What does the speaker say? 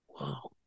wow